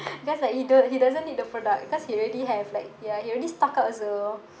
because like he don't he doesn't need to product because he already have like ya he already stock up also